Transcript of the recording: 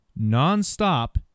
nonstop